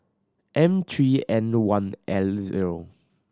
M three N one L zero